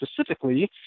specifically